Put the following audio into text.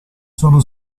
sono